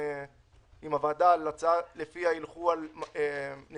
זה נכון, זה